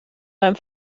beim